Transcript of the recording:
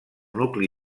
nucli